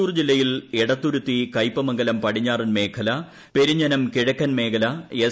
തൃശൂർ ജില്ലയിൽ എടത്തുരുത്തി കയ്പമംഗലം പടിഞ്ഞാറൻ മേഖല പെരിഞ്ഞനം കിഴക്കൻ മേഖല എസ്